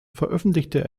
veröffentlichte